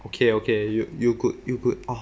okay okay you you could you could oh